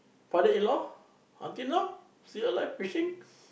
father-in-law until now still alive fishing